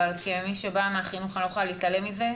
אבל כמי שבאה מהחינוך אני לא יכולה להתעלם מזה,